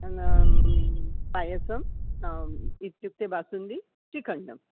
पायसं नाम इत्युक्ते बासुन्दि श्रीकण्डं